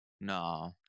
No